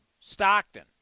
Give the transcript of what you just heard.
Stockton